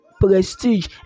prestige